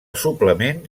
suplement